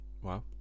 wow